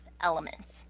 elements